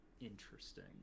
interesting